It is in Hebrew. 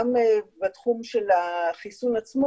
גם בווירוסים חלק נוקטים באנו-וירוס,